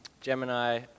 Gemini